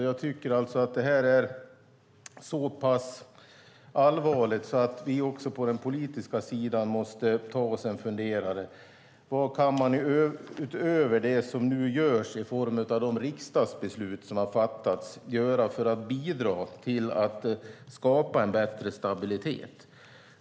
Jag tycker att det är så pass allvarligt att vi på den politiska sidan måste ta oss en funderare över vad man, utöver det som nu görs i form av de fattade riksdagsbesluten, kan göra för att bidra till att skapa en bättre stabilitet.